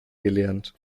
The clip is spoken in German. gelernt